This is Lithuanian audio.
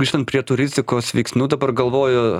grįžtant prie tų rizikos veiksnių dabar galvoju